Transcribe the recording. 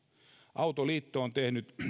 autoliitto on tehnyt